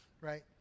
right